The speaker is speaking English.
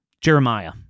Jeremiah